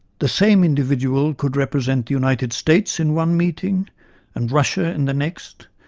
the same individual could represent the united states in one meeting and russia in the next,